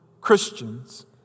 Christians